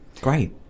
Great